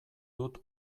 dut